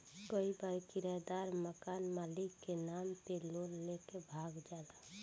कई बार किरायदार मकान मालिक के नाम पे लोन लेके भाग जाला